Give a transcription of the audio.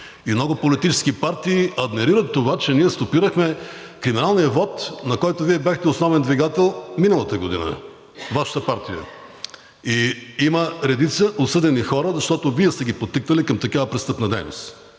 много политически партии адмирират това, че ние стопирахме финалния вот, на който Вие бяхте основен двигател миналата година – Вашата партия, и има редица осъдени хора, защото Вие сте ги подтикнали към такава престъпна дейност.